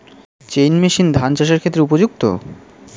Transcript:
Chain machine ধান চাষের ক্ষেত্রে উপযুক্ত?